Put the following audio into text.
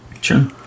sure